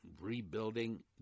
rebuilding